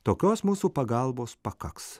tokios mūsų pagalbos pakaks